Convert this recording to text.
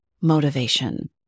motivation